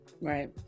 Right